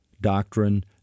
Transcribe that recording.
doctrine